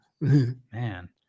Man